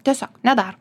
tiesiog nedaro